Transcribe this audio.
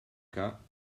cas